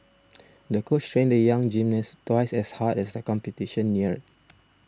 the coach trained the young gymnast twice as hard as the competition neared